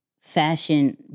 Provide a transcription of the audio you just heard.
fashion